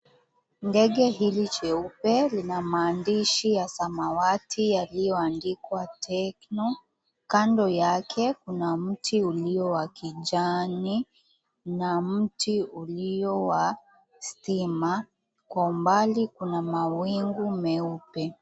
Ndege hili cheupe lina maandishi ya samawati yaliyoandikwa tecno. Kando yake kuna mti ulio wa kijani na mti ulio wa stima. Kwa mbali kuna mawingu meupe.